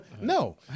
no